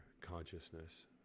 consciousness